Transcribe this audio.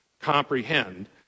comprehend